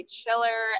chiller